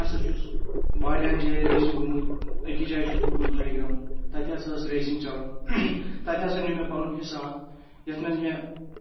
بہٕ ہَسا چھُس واریاہَن جایَن ریسِنٛگ گوٚمُت أکِس جایہِ چھُس بہٕ گوٚمُت ہاے گرٛاوُنٛڈ تَتہِ ہَسا ٲس ریسِنٛگ چلان تَتہِ ہَسا نیوٗ مےٚ پَنُن حِصہٕ اکھ یَتھ منٛز مےٚ